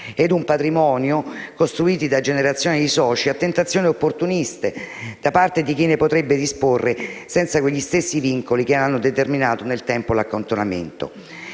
ed un patrimonio costruiti da generazioni di soci a tentazioni opportuniste da parte di chi ne potrebbe disporre senza quegli stessi vincoli che ne hanno determinato nel tempo l'accantonamento.